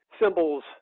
symbols